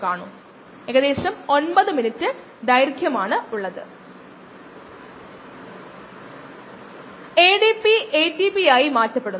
നമ്മൾ ഈ പ്രദേശത്ത് പ്രവർത്തിക്കരുത് തീർച്ചയായും നമ്മൾ അളക്കുന്നു പക്ഷേ നമ്മുടെ പ്രവർത്തന പരിധി ഈ രേഖീയ മേഖലയിലേക്ക് പരിമിതപ്പെടുത്തുന്നു